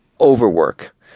overwork